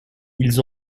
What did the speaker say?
ils